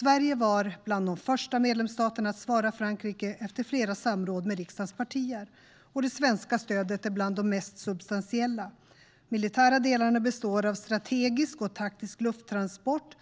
Sverige var bland de första medlemsstaterna att svara Frankrike efter flera samråd med riksdagens partier, och det svenska stödet är bland de mest substantiella. De militära delarna består av strategisk och taktisk lufttransport,